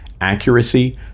accuracy